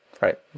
right